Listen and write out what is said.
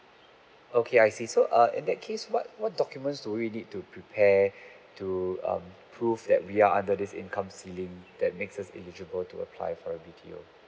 okay I see so err in that case what what documents do we need to prepare to um prove that we are under this income ceiling that makes us eligible to apply for a B_T_O